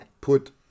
put